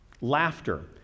laughter